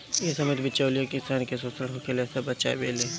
इ समिति बिचौलियों से किसान के शोषण होखला से बचावेले